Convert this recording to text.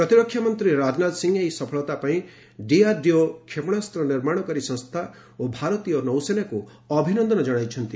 ପ୍ରତିରକ୍ଷା ମନ୍ତ୍ରୀ ରାଜନାଥ ସିଂ ଏହି ସଫଳତା ପାଇଁ ଡିଆର୍ଡିଓ କ୍ଷପଣାସ୍ତ୍ର ନିର୍ମାଶକାରୀ ସଂସ୍ଥା ଓ ଭାରତୀୟ ନୌସେନାକୁ ଅଭିନନ୍ଦନ ଜଣାଇଛନ୍ତି